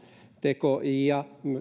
teko